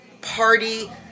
party